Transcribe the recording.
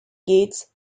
gates